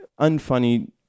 unfunny